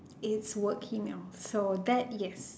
it's work emails so that yes